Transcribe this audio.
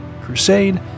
Crusade